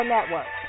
Network